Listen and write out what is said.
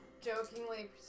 jokingly